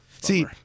See